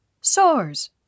Sores